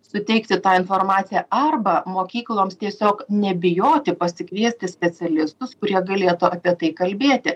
suteikti tą informaciją arba mokykloms tiesiog nebijoti pasikviesti specialistus kurie galėtų apie tai kalbėti